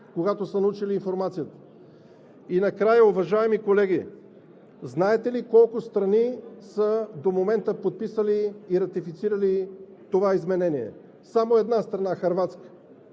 когато са научили информацията? И накрая, уважаеми колеги, знаете ли колко страни до момента са подписали и ратифицирали това изменение? Само една страна – Хърватска.